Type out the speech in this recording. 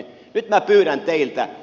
nyt minä pyydän teiltä